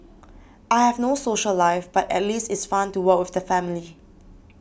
I have no social life but at least it's fun to work with the family